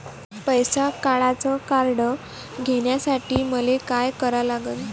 पैसा काढ्याचं कार्ड घेण्यासाठी मले काय करा लागन?